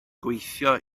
gweithio